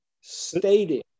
stating